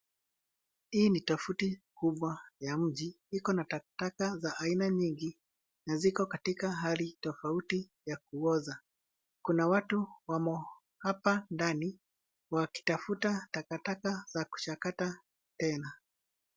Hii ni tafuti kubwa ya mji iko na taka taka za iana nyingi na ziko katika hali tofauti ya kuoza kuna watu wamo hapa ndani wakitafuta takataka za kuchakata tena.